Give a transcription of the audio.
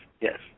yes